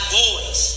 boys